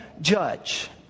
judge